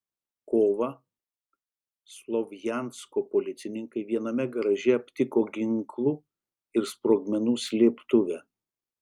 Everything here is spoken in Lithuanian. kovą slovjansko policininkai viename garaže aptiko ginklų ir sprogmenų slėptuvę